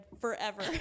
forever